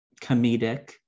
comedic